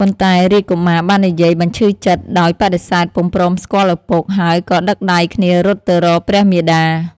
ប៉ុន្តែរាជកុមារបាននិយាយបញ្ឈឺចិត្ត ដោយបដិសេធពុំព្រមស្គាល់ឪពុក ហើយក៏ដឹកដៃគ្នារត់ទៅរកព្រះមាតា។